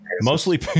Mostly